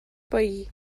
pair